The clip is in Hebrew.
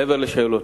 מעבר לשאלותיך: